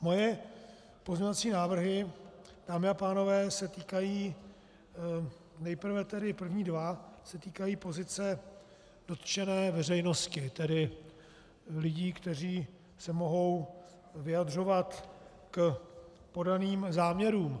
Moje pozměňovací návrhy, dámy a pánové, se týkají nejprve tedy první dva se týkají pozice dotčené veřejnosti, tedy lidí, kteří se mohou vyjadřovat k podaným záměrům.